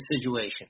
situation